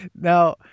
Now